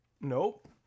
Nope